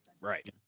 Right